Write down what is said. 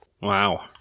Wow